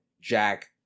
Jack